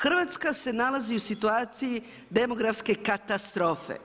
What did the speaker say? Hrvatske se nalazi u situaciji demografske katastrofe.